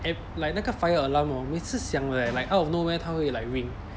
like 那个 fire alarm hor 每次响 leh like out of nowhere 它会 like ring